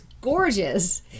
gorgeous